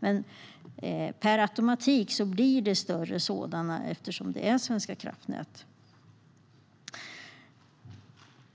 Men de blir per automatik större eftersom det är Svenska kraftnät.